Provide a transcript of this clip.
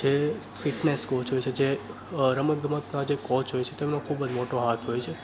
જે fitness coach હોય છે જે રમતગમતના જે કોચ હોય છે તેમનો ખૂબ જ મોટો હાથ હોય છે